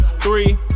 Three